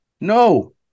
No